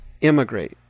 immigrate